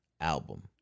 album